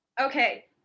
Okay